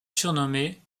surnommé